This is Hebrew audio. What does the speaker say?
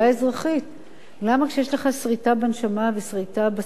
למה כשיש לך סריטה בנשמה וסריטה בשכר וסריטה בזה,